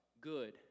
good